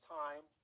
time